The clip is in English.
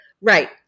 Right